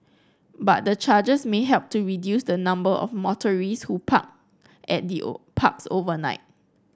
but the charges may help to reduce the number of motorists who park at the parks overnight